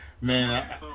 Man